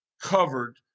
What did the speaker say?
covered